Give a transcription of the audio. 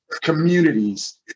communities